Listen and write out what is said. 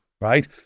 Right